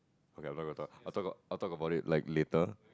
okay I'm not gonna talk I'll talk I'll talk about it like later